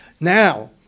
Now